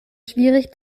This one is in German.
schwierig